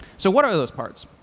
so what are those parts?